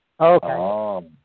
Okay